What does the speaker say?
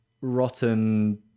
rotten